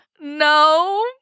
No